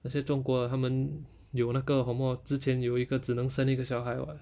那些中国的他们有那个什么之前有一个只能生一个小孩 [what]